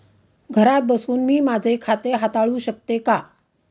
घरात बसून मी माझे खाते हाताळू शकते का?